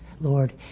Lord